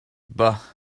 bah